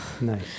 Nice